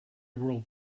world